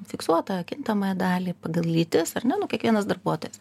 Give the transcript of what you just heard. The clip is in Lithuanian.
fiksuotą kintamąją dalį pagal lytis ar ne nu kiekvienas darbuotojas